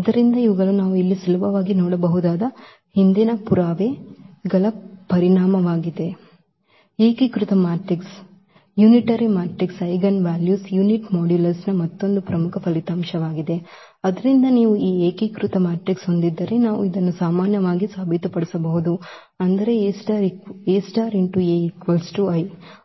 ಆದ್ದರಿಂದ ಇವುಗಳು ನಾವು ಇಲ್ಲಿ ಸುಲಭವಾಗಿ ನೋಡಬಹುದಾದ ಹಿಂದಿನ ಪುರಾವೆಗಳ ಪರಿಣಾಮವಾಗಿದೆ ಏಕೀಕೃತ ಮ್ಯಾಟ್ರಿಕ್ಸ್ನ ಐಜೆನ್ವಾಲ್ಯೂಸ್ ಯುನಿಟ್ ಮಾಡ್ಯುಲಸ್ನ ಮತ್ತೊಂದು ಪ್ರಮುಖ ಫಲಿತಾಂಶವಾಗಿದೆ ಆದ್ದರಿಂದ ನೀವು ಈ ಏಕೀಕೃತ ಮ್ಯಾಟ್ರಿಕ್ಸ್ ಹೊಂದಿದ್ದರೆ ನಾವು ಇದನ್ನು ಸಾಮಾನ್ಯವಾಗಿ ಸಾಬೀತುಪಡಿಸಬಹುದು ಅಂದರೆ ಈ